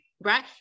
right